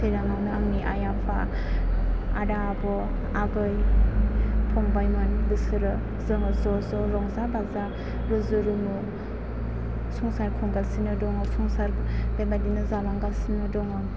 सिराङावनो आंनि आइ आफा आदा आब' आबै फंबायमोन बिसोरो जोङो ज' ज' रंजा बाजा रुजु रुमु संसार खुंगासिनो दङ संसार बेबायदिनो जालांगिसनो दङ